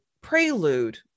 prelude